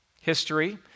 History